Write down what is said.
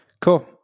Cool